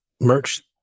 merch